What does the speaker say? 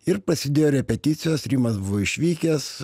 ir prasidėjo repeticijos rimas buvo išvykęs